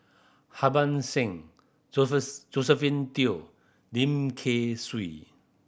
Harban Singh Josephine Teo Lim Kay Siu